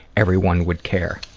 everyone would care.